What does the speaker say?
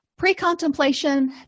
Pre-contemplation